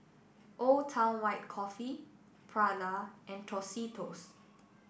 Old Town White Coffee Prada and Tostitos